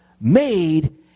made